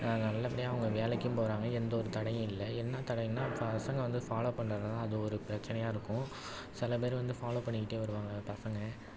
நல்லபடியாக அவங்க வேலைக்கும் போகிறாங்க எந்த ஒரு தடையும் இல்லை என்ன தடைன்னா பசங்க வந்து ஃபாலோவ் பண்ணுறது தான் அது ஒரு பிரச்சனையாக இருக்கும் சில பேர் வந்து ஃபாலோவ் பண்ணிக்கிட்டே வருவாங்க பசங்க